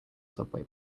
subway